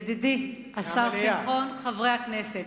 ידידי השר שמחון, חברי הכנסת,